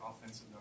offensive